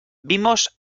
vimos